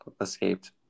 escaped